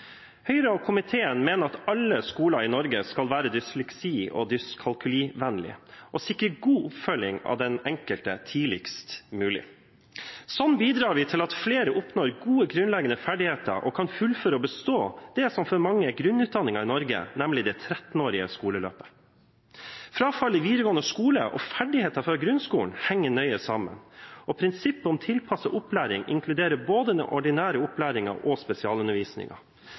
Høyre og komiteen mener at alle skoler i Norge skal være dysleksi- og dyskalkulivennlige og sikre god oppfølging av den enkelte tidligst mulig. Sånn bidrar vi til at flere oppnår gode grunnleggende ferdigheter og kan fullføre og bestå det som for mange er grunnutdanningen i Norge, nemlig det 13-årige skoleløpet. Frafallet i videregående skole og ferdigheter fra grunnskolen henger nøye sammen. Prinsippet om tilpasset opplæring inkluderer både den ordinære opplæringen og